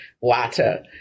water